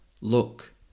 look